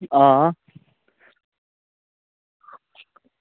आं